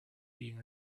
being